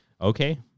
Okay